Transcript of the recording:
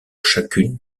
chacune